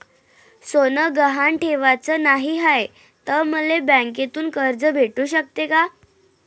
सोनं गहान ठेवाच नाही हाय, त मले बँकेतून कर्ज भेटू शकते का?